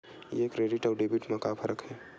ये क्रेडिट आऊ डेबिट मा का फरक है?